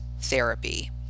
therapy